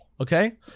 Okay